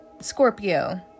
scorpio